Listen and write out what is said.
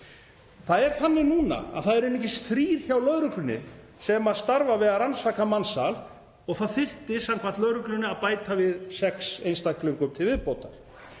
Það er þannig núna að það eru einungis þrír hjá lögreglunni sem starfa við að rannsaka mansal og það þyrfti samkvæmt lögreglunni að bæta við sex einstaklingum þar.